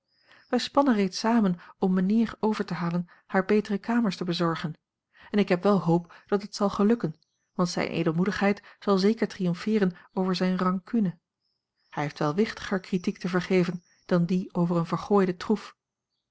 wij spannen reeds samen om mijnheer over te halen haar betere kamers te bezorgen en ik heb wel hoop dat het zal gelukken want zijne edelmoedigheid zal zeker triomfeeren over zijne rancune hij heeft wel wichtiger critiek te vergeven dan die over een vergooide troef